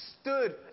stood